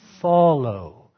follow